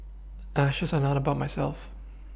ashes are not about myself